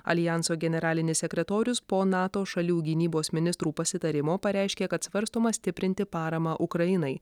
aljanso generalinis sekretorius po nato šalių gynybos ministrų pasitarimo pareiškė kad svarstoma stiprinti paramą ukrainai